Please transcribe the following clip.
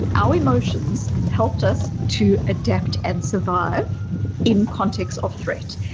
our emotions helped us to adapt and survive in context of threat.